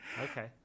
Okay